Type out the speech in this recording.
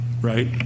right